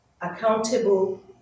accountable